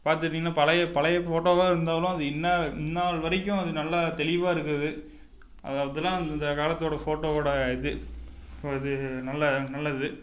பார்த்துட்டீங்கன்னா பழைய பழைய ஃபோட்டோவாக இருந்தாலும் அது இந்நாள் இந்நாள் வரைக்கும் அது நல்லா தெளிவாக இருக்குது அதுதான் அதுதான் அந்த காலத்தோட ஃபோட்டோவோட இது அது நல்ல நல்லது